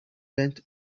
went